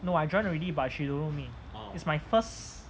no I join already but she don't know me it's my first